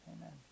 Amen